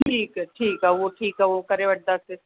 ठीकु आहे ठीकु आहे उहो ठीकु आहे उहो करे वठंदासीं